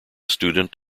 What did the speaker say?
student